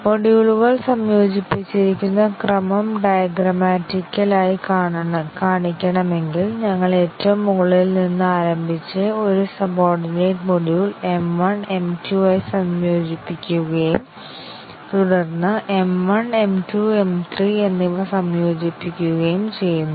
മൊഡ്യൂളുകൾ സംയോജിപ്പിച്ചിരിക്കുന്ന ക്രമം ഡയഗ്രാമാറ്റിക്കലായി കാണിക്കണമെങ്കിൽ ഞങ്ങൾ ഏറ്റവും മുകളിൽ നിന്ന് ആരംഭിച്ച് ഒരു സബോർഡിനേറ്റ് മൊഡ്യൂൾ M 1 M 2 മായി സംയോജിപ്പിക്കുകയും തുടർന്ന് M 1 M 2 M 3 എന്നിവ സംയോജിപ്പിക്കുകയും ചെയ്യുന്നു